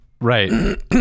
right